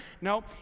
No